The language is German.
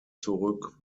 zurück